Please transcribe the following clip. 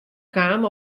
kaam